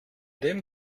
dem